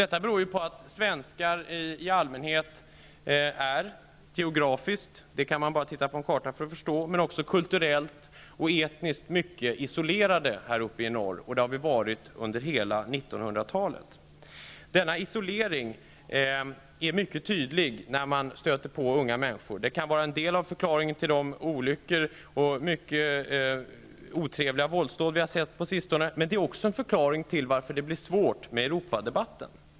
Detta beror på att svenskar i allmänhet är geografiskt -- det behöver man bara titta på en karta för att kunna förstå --, kulturellt och etniskt mycket isolerade uppe i norr, vilket vi har varit under hela 1900-talet. Denna isolering märks mycket tydligt när man stöter på unga människor. Detta förhållande kan vara en del av förklaringen till de olyckor och de otrevliga våldshandlingar som vi sett på sistone. Det kan också vara en förklaring till att det är svårt med Europadebatten.